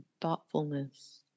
thoughtfulness